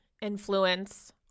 influence